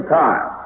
time